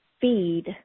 feed